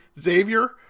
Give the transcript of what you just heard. Xavier